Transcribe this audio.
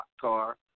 car